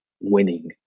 winning